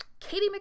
Katie